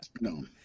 No